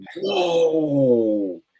whoa